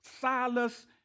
Silas